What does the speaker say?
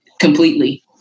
completely